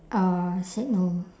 uh said no